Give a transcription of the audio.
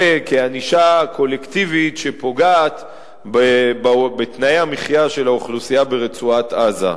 ענישה קולקטיבית שפוגעת בתנאי המחיה של האוכלוסייה ברצועת-עזה.